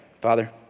Father